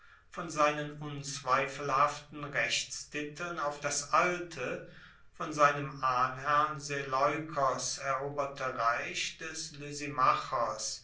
von seinen unzweifelhaften rechtstiteln auf das alte von seinem ahnherrn seleukos eroberte reich des